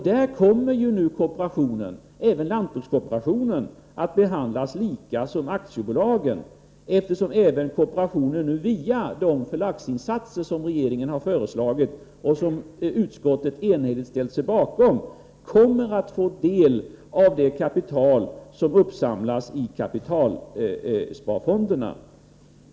Där kommer nu kooperationen, även lantbrukskooperationen, att behandlas lika som aktiebolagen, eftersom även kooperationen via de förlagsinsatser som regeringen föreslagit och som utskottet enhälligt ställt sig bakom kommer att få del av det kapital som uppsamlas i kapitalsparfonderna.